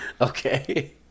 Okay